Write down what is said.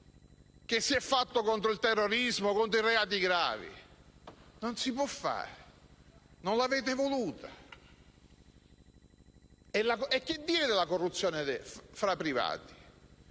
che si fa contro il terrorismo e per i reati gravi? Non si può fare, non l'avete voluto. E che dire della corruzione tra privati?